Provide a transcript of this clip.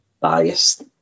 biased